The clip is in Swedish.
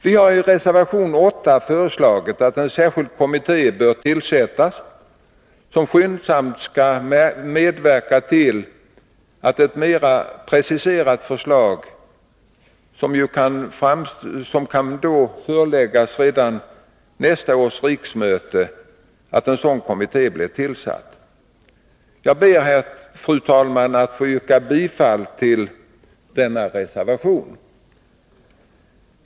Vi har i reservation 8 föreslagit att en särskild kommitté tillsätts som skyndsamt skall medverka till ett mera preciserat förslag, som kan föreläggas redan nästa riksmöte. Jag ber, fru talman, att få yrka bifall till denna reservation.